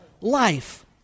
life